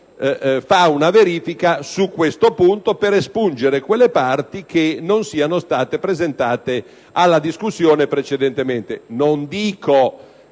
fa una verifica su questo punto per espungere le parti che non siano state presentate alla discussione precedentemente. Non dico